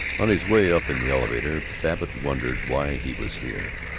on his way up in the elevator babbitt wondered why he was here.